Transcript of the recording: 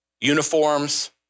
uniforms